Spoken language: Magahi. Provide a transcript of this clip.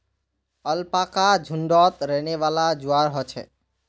अलपाका झुण्डत रहनेवाला जंवार ह छे